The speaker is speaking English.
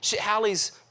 Hallie's